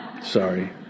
Sorry